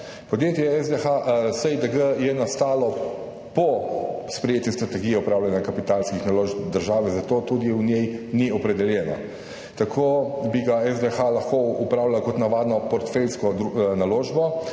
Podjetje SiDG je nastalo po sprejetju strategije upravljanja kapitalskih naložb države, zato tudi v njej ni opredeljeno. Tako bi ga SDH lahko upravljal kot navadno portfeljsko naložbo,